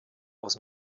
aus